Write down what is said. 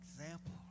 example